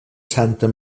santa